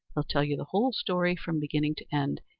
he'll tell you the whole story from beginning to end,